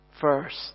First